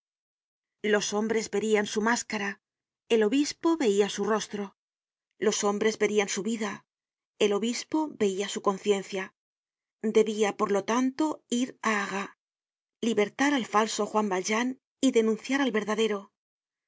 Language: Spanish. los hombres verian su máscara el obispo veia su rostro los hombres verian su vida el obispo veia su conciencia debia por lo tanto ir á arras libertar al falso juan valjean y denunciar al verdadero